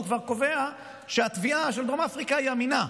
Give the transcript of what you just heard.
אך הוא כבר קובע שהתביעה של דרום אפריקה היא אמינה,